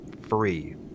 free